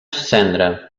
cendra